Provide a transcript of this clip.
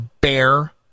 bear